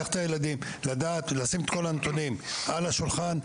-- לדעת ולשים את כל הנתונים על השולחן.